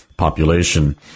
population